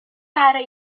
برای